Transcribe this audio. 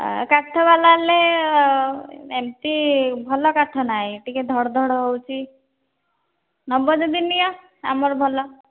କାଠବାଲା ଆଣିଲେ ଏମିତି ଭଲ କାଠ ନାହିଁ ଟିକେ ଧଡ଼ ଧଡ଼ ହଉଚି ନେବ ଯଦି ନିଅ ଆମର ଭଲ